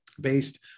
based